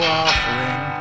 offering